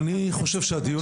אני חושב שחברי,